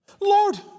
Lord